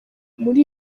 muri